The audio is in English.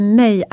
mig